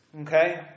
okay